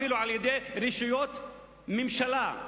אפילו על-ידי רשויות הממשלה,